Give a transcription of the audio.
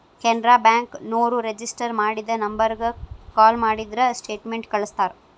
Canara bank ನೋರು register ಮಾಡಿದ ನಂಬರ್ಗ ಕಾಲ ಮಾಡಿದ್ರ ಸ್ಟೇಟ್ಮೆಂಟ್ ಕಳ್ಸ್ತಾರ